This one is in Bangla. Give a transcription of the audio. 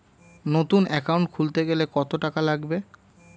নতুন একাউন্ট খুলতে গেলে কত টাকা লাগবে?